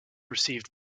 received